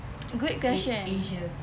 good question